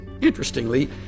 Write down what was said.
Interestingly